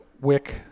wick